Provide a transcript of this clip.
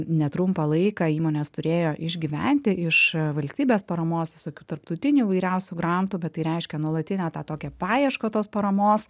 netrumpą laiką įmonės turėjo išgyventi iš valstybės paramos visokių tarptautinių įvairiausių grantų bet tai reiškia nuolatinę tą tokią paiešką tos paramos